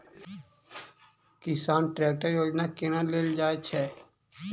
किसान ट्रैकटर योजना केना लेल जाय छै?